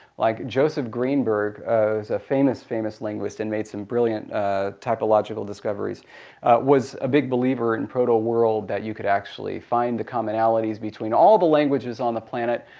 like joseph greenberg who's a famous, famous linguist and made some brilliant typological discoveries was a big believer in proto world. that you could actually find the commonalities between all the languages on the planet.